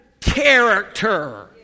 character